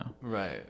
Right